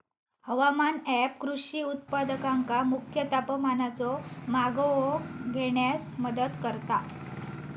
हवामान ऍप कृषी उत्पादकांका मुख्य तापमानाचो मागोवो घेण्यास मदत करता